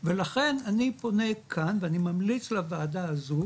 ולכן אני פונה כאן ואני ממליץ לוועדה הזו,